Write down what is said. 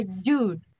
dude